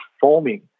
forming